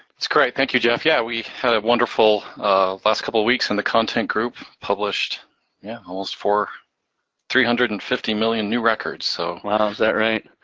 it's great, thank you, geoff. yeah, we had a wonderful last couple of weeks in the content group, published yeah, almost three hundred and fifty million new records, so. wow, is that right?